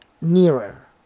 nearer